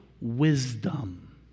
wisdom